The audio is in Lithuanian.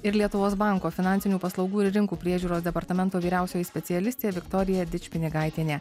ir lietuvos banko finansinių paslaugų ir rinkų priežiūros departamento vyriausioji specialistė viktorija dičpinigaitienė